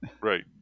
Right